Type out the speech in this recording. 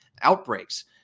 outbreaks